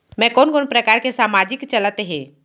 मैं कोन कोन प्रकार के सामाजिक चलत हे?